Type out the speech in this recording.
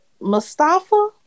mustafa